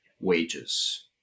wages